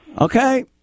Okay